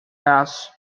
bass